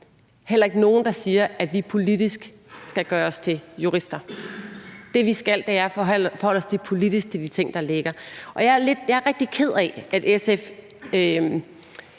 heller ikke nogen, der siger, at vi politisk skal gøre os til jurister. Det, vi skal, er at forholde os politisk til de ting, der ligger. De argumenter, der